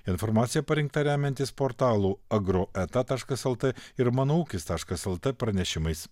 informacija parengta remiantis portalų agroeta taškas lt ir mano ūkis taškas lt pranešimais